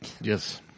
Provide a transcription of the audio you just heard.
Yes